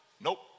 Nope